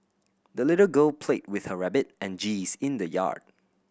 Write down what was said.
the little girl played with her rabbit and geese in the yard